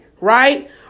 right